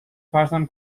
پرتم